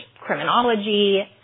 criminology